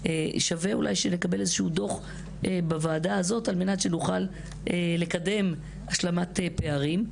שווה אולי שנקבל איזשהו דוח בוועדה הזאת על מנת שנוכל לקדם השלמת פערים.